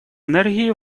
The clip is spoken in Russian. энергии